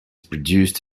produced